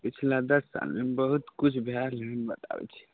पिछला दस सालमे बहुत किछु बिहारमे हम बताबै छी